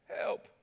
Help